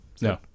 No